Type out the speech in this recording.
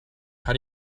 how